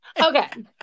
Okay